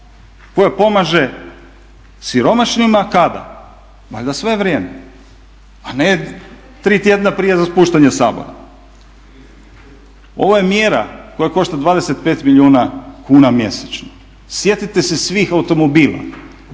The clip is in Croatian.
koja pomaže siromašnima, kada, valjda sve vrijeme, a ne tri tjedna prije raspuštanja Sabora. Ovo je mjera koja košta 25 milijuna kuna mjesečno. Sjetite se svih automobila,